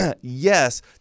yes